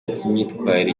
n’imyitwarire